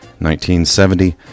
1970